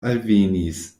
alvenis